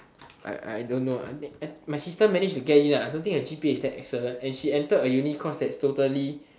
I I I don't know my sister manage to get in lah and I don't think her g_p_a is very excellent and she entered a uni course that's totally